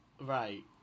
right